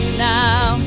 now